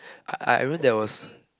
I I remember there was